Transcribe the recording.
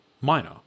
minor